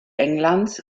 englands